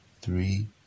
three